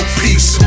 peace